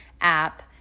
app